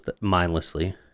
mindlessly